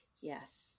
Yes